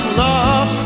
love